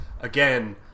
again